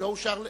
לא אושר,